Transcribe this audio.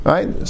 Right